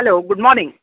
hello good morning